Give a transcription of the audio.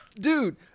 Dude